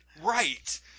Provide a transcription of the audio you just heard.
Right